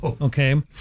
okay